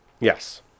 Yes